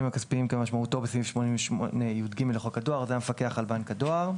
הכספיים כמשמעותו בסעיף 88יג לחוק הדואר; זה המפקח על בנק הדואר.